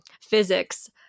physics